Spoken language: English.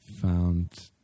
found